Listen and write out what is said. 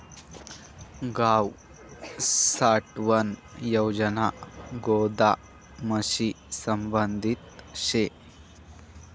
गाव साठवण योजना गोदामशी संबंधित शे